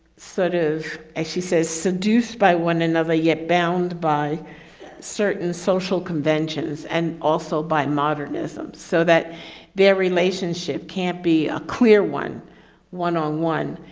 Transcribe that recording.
sort of, as she says, seduced by one another yet bound by certain social conventions and also by modernism. so that their relationship can't be a clear one one on one,